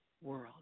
world